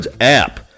app